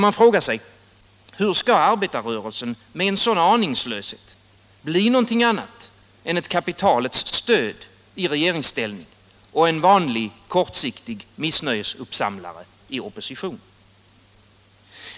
Man frågar sig hur skall arbetarrörelsen med en sådan aningslöshet bli något annat än ett kapitalets stöd i regeringsställning och en vanlig kortsiktig missnöjesuppsamlare i opposition?